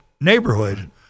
neighborhood